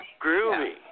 groovy